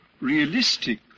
realistic